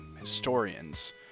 historians